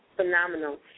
Phenomenal